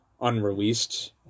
unreleased